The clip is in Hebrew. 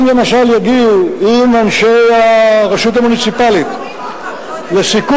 אם למשל יגיעו עם אנשי הרשות המוניציפלית לסיכום,